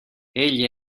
egli